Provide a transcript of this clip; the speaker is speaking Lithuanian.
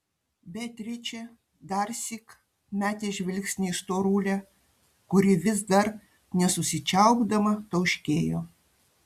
beatričė darsyk metė žvilgsnį į storulę kuri vis dar nesusičiaupdama tauškėjo